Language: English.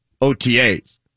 OTAs